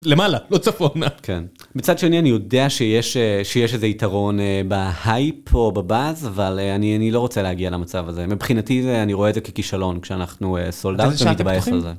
למעלה, לא צפון. עד כאן, מצד שני אני אני יודע שיש איזה יתרון בהייפ או בבאז, אבל אני לא רוצה להגיע למצב הזה, מבחינתי אני רואה את זה ככישלון, כשאנחנו סולדנטים בעסק לזה.